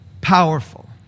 powerful